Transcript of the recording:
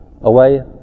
away